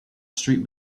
street